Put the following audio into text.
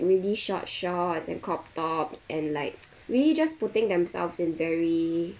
really short shorts and crop tops and like really just putting themselves in very